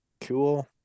cool